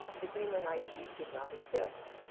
the greenland ice sheet did not exist.